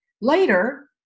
Later